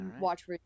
watch